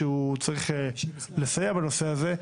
שהוא צריך לסייע בנושא הזה,